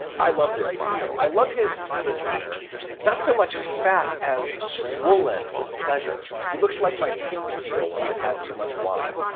i love this marco. i love his physique not so much fat as swollen with pleasure. he looks like my feet feel when i've had too much wine.